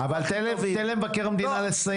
אבל תן למבקר המדינה לסיים.